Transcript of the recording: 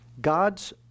God's